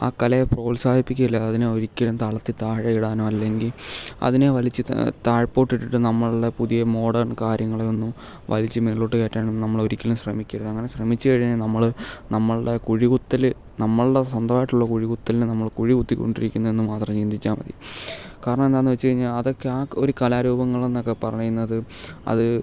ആ കലയെ പ്രോത്സാഹിപ്പിക്കുകയല്ലാതെ അതിനെ ഒരിക്കലും തളർത്തി താഴെ ഇടാനോ അല്ലെങ്കിൽ അതിനെ വലിച്ച് ത താഴ്പോട്ടിട്ടിട്ട് നമ്മളുടെ പുതിയ മോഡേൺ കാര്യങ്ങളെ ഒന്നും വലിച്ച് മേളിലോട്ട് കയറ്റാനൊന്നും നമ്മൾ ഒരിക്കലും ശ്രമിക്കരുത് അങ്ങനെ ശ്രമിച്ചുകഴിഞ്ഞാൽ നമ്മൾ നമ്മളുടെ കുഴി കുത്തൽ നമ്മളുടെ സ്വന്തമായിട്ടുള്ള കുഴി കുത്തലിന് നമ്മൾ കുഴി കുത്തിക്കൊണ്ടിരിക്കുന്നതെന്ന് മാത്രം ചിന്തിച്ചാൽ മതി കാരണം എന്താണെന്ന് വെച്ചുകഴിഞ്ഞാൽ അതൊക്കെ ആ ഒരു കലാരൂപങ്ങളൊക്കെയെന്ന് പറയുന്നത് അത്